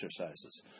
exercises